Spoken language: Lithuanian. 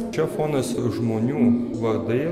čia fonas ir žmonių vardai